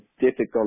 difficult